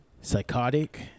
psychotic